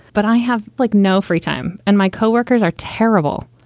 but i have like no free time. and my coworkers are terrible.